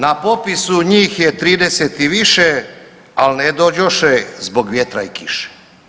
Na popisu njih je 30 i više, al ne dođoše zbog vjetra i kiše.